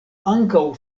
ankaŭ